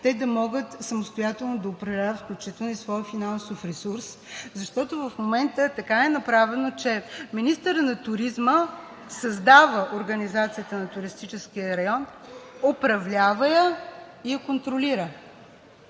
те да могат самостоятелно да управляват, включително и своя финансов ресурс, защото в момента така е направено, че министърът на туризма създава организацията на туристическия район, управлява я и я контролира.